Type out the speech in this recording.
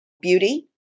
beauty